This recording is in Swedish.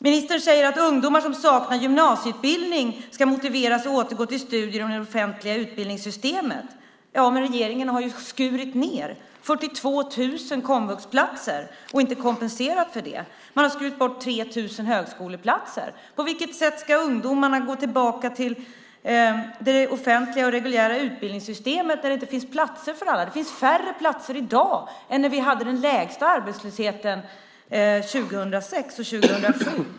Ministern säger att ungdomar som saknar gymnasieutbildning ska motiveras att återgå till studier inom det offentliga utbildningssystemet. Ja, men regeringen har ju skurit ned 42 000 komvuxplatser och inte kompenserat för det. Man har skurit bort 3 000 högskoleplatser. På vilket sätt ska ungdomarna gå tillbaka till det offentliga och reguljära utbildningssystemet när det inte finns platser för alla? Det finns färre platser i dag än när vi hade den lägsta arbetslösheten 2006 och 2007.